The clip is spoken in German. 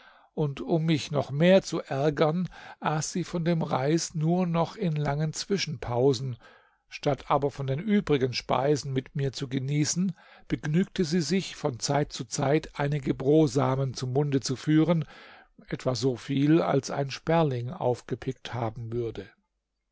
und um mich noch mehr zu ärgern aß sie von dem reis nur noch in langen zwischenpausen statt aber von den übrigen speisen mit mir zu genießen begnügte sie sich von zeit zu zeit einige brosamen zum munde zu führen etwa so viel als ein sperling aufgepickt haben würde